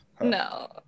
no